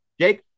Jake